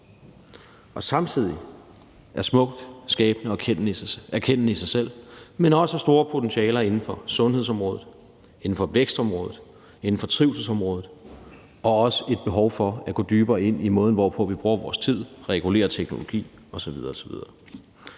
den samtidig er smuk, skabende og erkendende i sig selv, men også har store potentialer inden for sundhedsområdet, inden for vækstområdet, inden for trivselsområdet, og at der også er et behov for at gå dybere ind i måden, hvorpå vi bruger vores tid, regulerer teknologi osv.